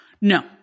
No